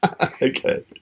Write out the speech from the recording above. Okay